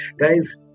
guys